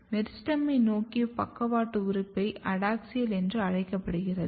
மெரிஸ்டெமை நோக்கிய பக்கவாட்டு உறுப்பை அடாக்ஸியல் என்று அழைக்கப்படுகிறது